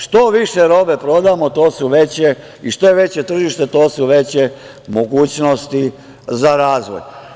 Što više robe prodamo i što je veće tržište, to su veće mogućnosti za razvoj.